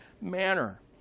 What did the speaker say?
manner